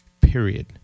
period